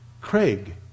Craig